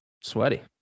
sweaty